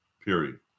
period